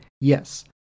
yes